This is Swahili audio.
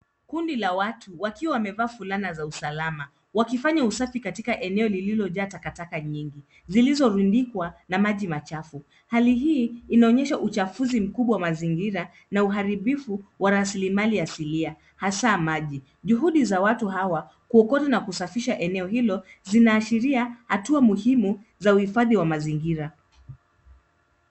Kundi la watu wakiwa wamevaa fulana za usalama wakifanya usafi katika eneo lililojaa takataka nyingi zilizorundikwa na maji machafu. Hali hii inaonyesha uchafuzi mkubwa mazingira na uharibifu wa rasilimali ya asilia hasa maji. Juhudi za watu hawa kuokota na kusafisha eneo hilo zinaashiria hatua muhimu za uhifadhi wa mazingira.